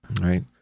right